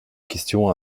question